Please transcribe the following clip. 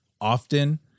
often